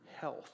health